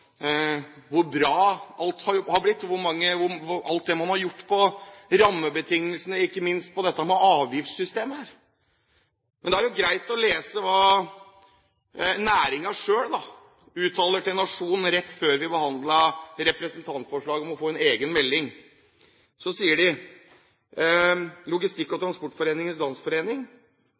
hvor bra alt har blitt, og alt det man har gjort med rammebetingelsene og ikke minst med avgiftssystemet. Men da er det greit å lese hva næringen selv uttalte til Nationen rett før vi behandlet representantforslaget om å få en egen melding. Logistikk- og Transportindustriens Landsforening mener at «den politiske vilja til å satse på sjøtransporten så